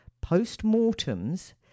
post-mortems